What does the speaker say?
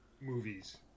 movies